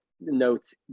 notes